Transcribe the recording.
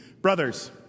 brothers